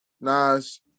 Nas